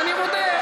ואני מודה,